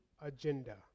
agenda